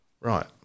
right